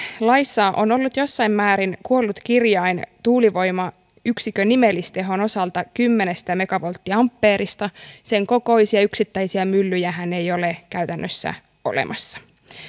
laissa on ollut jossain määrin kuollut kirjain tuulivoimayksikön nimellistehon osalta kymmenestä megavolttiampeerista sen kokoisia yksittäisiä myllyjähän ei ole käytännössä olemassa